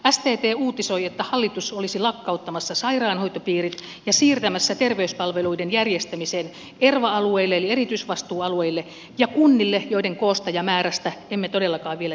stt uutisoi että hallitus olisi lakkauttamassa sairaanhoitopiirit ja siirtämässä terveyspalveluiden järjestämisen erva alueille eli erityisvastuualueille ja kunnille joiden koosta ja määrästä emme todellakaan vielä tiedä mitään